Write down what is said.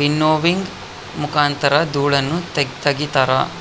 winnowing ಮುಖಾಂತರ ಧೂಳನ್ನು ತಗಿತಾರ